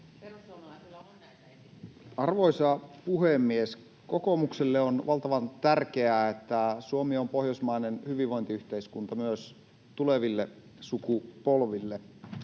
2023 Time: 14:58 Content: Arvoisa puhemies! Kokoomukselle on valtavan tärkeää, että Suomi on pohjoismainen hyvinvointiyhteiskunta myös tuleville sukupolville.